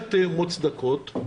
בהחלט מוצדקות,